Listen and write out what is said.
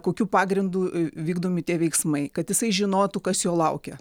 kokiu pagrindu vykdomi tie veiksmai kad jisai žinotų kas jo laukia